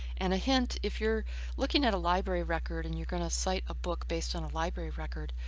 and a hint, if you're looking at a library record and you're going to cite a book based on a library record,